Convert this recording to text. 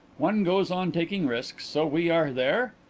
one goes on taking risks. so we are there?